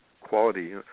quality